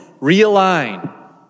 realign